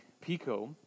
Pico